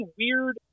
weird